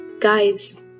guys